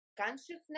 consciousness